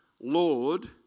Lord